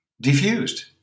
diffused